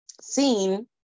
seen